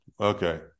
Okay